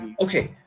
Okay